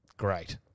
great